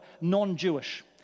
non-Jewish